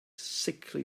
sickly